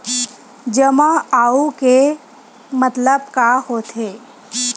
जमा आऊ के मतलब का होथे?